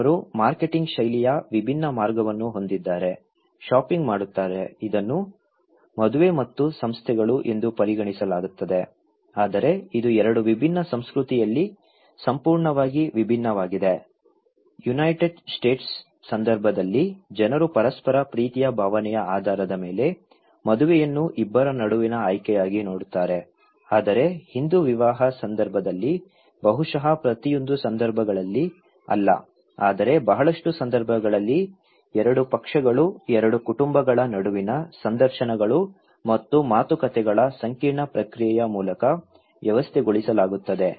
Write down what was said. ಆದರೆ ಅವರು ಮಾರ್ಕೆಟಿಂಗ್ ಶೈಲಿಯ ವಿಭಿನ್ನ ಮಾರ್ಗವನ್ನು ಹೊಂದಿದ್ದಾರೆ ಶಾಪಿಂಗ್ ಮಾಡುತ್ತಾರೆ ಇದನ್ನು ಮದುವೆ ಮತ್ತು ಸಂಸ್ಥೆಗಳು ಎಂದು ಪರಿಗಣಿಸಲಾಗುತ್ತದೆ ಆದರೆ ಇದು 2 ವಿಭಿನ್ನ ಸಂಸ್ಕೃತಿಯಲ್ಲಿ ಸಂಪೂರ್ಣವಾಗಿ ವಿಭಿನ್ನವಾಗಿದೆ ಯುನೈಟೆಡ್ ಸ್ಟೇಟ್ಸ್ನ ಸಂದರ್ಭದಲ್ಲಿ ಜನರು ಪರಸ್ಪರ ಪ್ರೀತಿಯ ಭಾವನೆಯ ಆಧಾರದ ಮೇಲೆ ಮದುವೆಯನ್ನು ಇಬ್ಬರ ನಡುವಿನ ಆಯ್ಕೆಯಾಗಿ ನೋಡುತ್ತಾರೆ ಆದರೆ ಹಿಂದೂ ವಿವಾಹದ ಸಂದರ್ಭದಲ್ಲಿ ಬಹುಶಃ ಪ್ರತಿಯೊಂದು ಸಂದರ್ಭಗಳಲ್ಲಿ ಅಲ್ಲ ಆದರೆ ಬಹಳಷ್ಟು ಸಂದರ್ಭಗಳಲ್ಲಿ ಎರಡು ಪಕ್ಷಗಳು ಎರಡು ಕುಟುಂಬಗಳ ನಡುವಿನ ಸಂದರ್ಶನಗಳು ಮತ್ತು ಮಾತುಕತೆಗಳ ಸಂಕೀರ್ಣ ಪ್ರಕ್ರಿಯೆಯ ಮೂಲಕ ವ್ಯವಸ್ಥೆಗೊಳಿಸಲಾಗುತ್ತದೆ